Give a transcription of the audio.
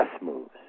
moves